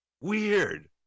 Weird